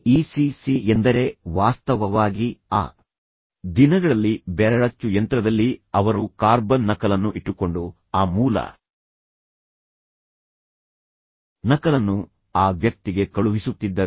ಈ C C ಎಂದರೆ ವಾಸ್ತವವಾಗಿ ಆ ದಿನಗಳಲ್ಲಿ ಬೆರಳಚ್ಚು ಯಂತ್ರದಲ್ಲಿ ಅವರು ಕಾರ್ಬನ್ ನಕಲನ್ನು ಇಟ್ಟುಕೊಂಡು ಆ ಮೂಲ ನಕಲನ್ನು ಆ ವ್ಯಕ್ತಿಗೆ ಕಳುಹಿಸುತ್ತಿದ್ದರು